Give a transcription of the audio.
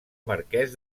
marquès